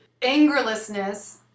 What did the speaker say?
Angerlessness